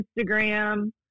Instagram